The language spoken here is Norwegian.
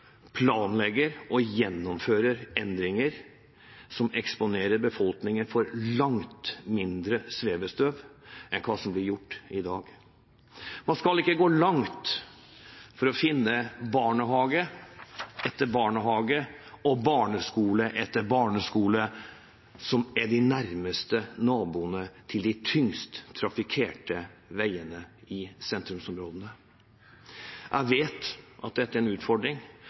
planlegger og gjennomfører endringer som eksponerer befolkningen for langt mindre svevestøv enn hva som blir gjort i dag. Man skal ikke gå langt for å finne barnehage etter barnehage og barneskole etter barneskole som de nærmeste naboene til de tyngst trafikkerte veiene i de sentrale områdene. Jeg vet at dette er en utfordring,